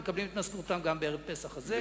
מקבלים את משכורתם גם בערב פסח הזה.